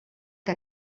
que